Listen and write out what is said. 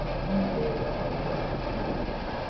you will tell what you have guessed?